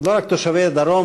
לא רק תושבי הדרום,